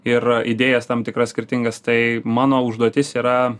ir įdėjas tam tikras skirtingas tai mano užduotis yra